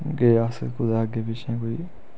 गे अस कुतै अग्गें पिच्छें कोई